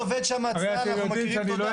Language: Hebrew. מי שעובד שם, צה"ל, אנחנו מכירים תודה.